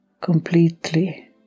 completely